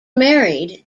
married